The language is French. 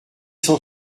cent